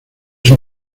sus